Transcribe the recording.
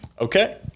Okay